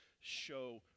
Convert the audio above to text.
show